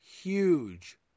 huge